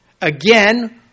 again